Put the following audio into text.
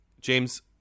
James